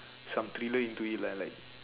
some thriller into it lah like